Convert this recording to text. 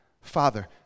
Father